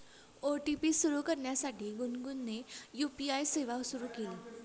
OTP सुरू करण्यासाठी गुनगुनने यू.पी.आय सेवा सुरू केली